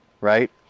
right